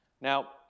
Now